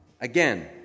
Again